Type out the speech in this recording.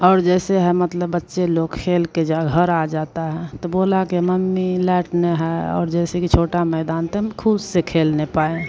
और जैसे है मतलब बच्चे लोग खेल के ज घर आ जाता है तो बोला के मम्मी लाइट न है और जैसे कि छोटा मैदान त हम खुद से खेलने पाए